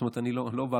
זאת אומרת,